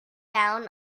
down